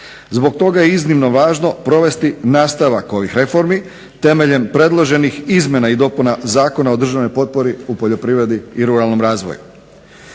Zbog toga je iznimno važno provesti nastavak ovih reformi temeljem predloženih izmjena i dopuna Zakona o državnoj potpori u poljoprivredi i ruralnom razvoju.